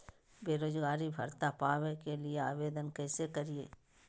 बेरोजगारी भत्ता पावे के लिए आवेदन कैसे करियय?